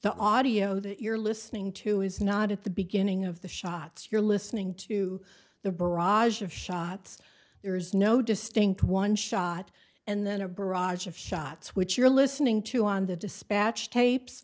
the audio that you're listening to is not at the beginning of the shots you're listening to the barrage of shots there is no distinct one shot and then a barrage of shots which you're listening to on the dispatch tapes